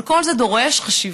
אבל כל זה דורש חשיבה,